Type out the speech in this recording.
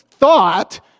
thought